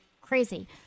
crazy